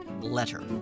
letter